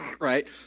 Right